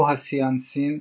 הו הסיאו סיין,